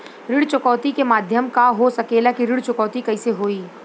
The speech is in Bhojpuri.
ऋण चुकौती के माध्यम का हो सकेला कि ऋण चुकौती कईसे होई?